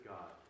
God